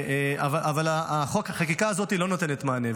אבל החקיקה הזאת לא נותנת מענה,